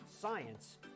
science